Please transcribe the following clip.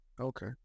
Okay